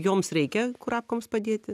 joms reikia kurapkoms padėti